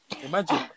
imagine